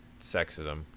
sexism